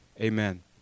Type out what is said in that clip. amen